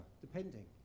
depending